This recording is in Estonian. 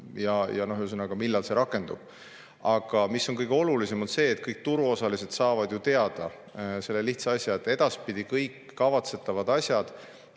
ja millal see rakendub. Aga kõige olulisem on see, et kõik turuosalised saavad teada selle lihtsa asja, et edaspidi kõiki kavatsetavaid asju